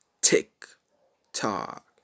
tick-tock